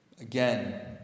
Again